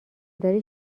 داری